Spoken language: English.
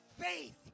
faith